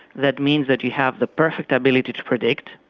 that means that you have the perfect ability to predict,